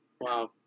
Wow